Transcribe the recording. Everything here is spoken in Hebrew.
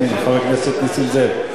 חבר הכנסת נסים זאב?